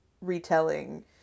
retelling